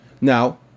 Now